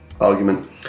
argument